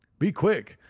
be quick.